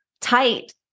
tight